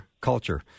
Culture